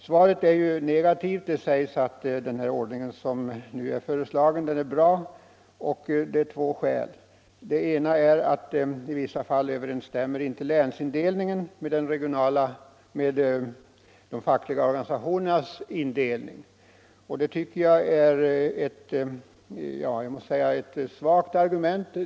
Svaret är negativt. Det heter att den nu föreslagna ordningen är bra, och det av två skäl. Det ena är att i vissa fall överensstämmer inte länsindelningen med de fackliga organisationernas indelning. Jag måste säga att det är ett svagt argument.